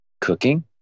cooking